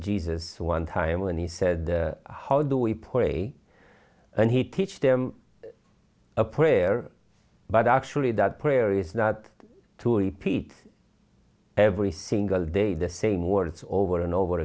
jesus one time when he said how do we play and he teach them a prayer but actually that prayer is not to repeat every single day the same words over and over